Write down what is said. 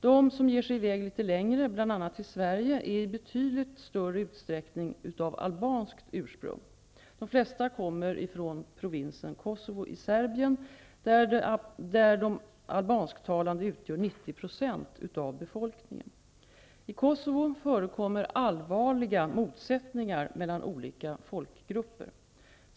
De som ger sig i väg litet längre, bl.a. till Sverige, är i betydligt större utsträckning av albanskt ursprung. De flesta kommer från provinsen Kosovo i Serbien, där de albansktalande utgör 90 % av befolkningen. I Kosovo förekommer allvarliga motsättningar mellan olika folkgrupper.